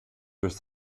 durch